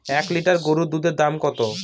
এক লিটার গরুর দুধের দাম কত?